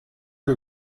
che